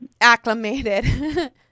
acclimated